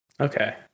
okay